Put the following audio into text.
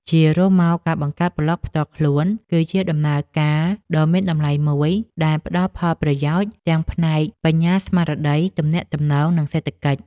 ជារួមមក ការបង្កើតប្លក់ផ្ទាល់ខ្លួនគឺជាដំណើរការដ៏មានតម្លៃមួយ ដែលផ្ដល់ផលប្រយោជន៍ទាំងផ្នែក បញ្ញាស្មារតី ទំនាក់ទំនង និងសេដ្ឋកិច្ច។